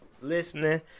listening